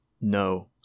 No